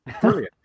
brilliant